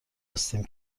هستیم